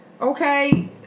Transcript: okay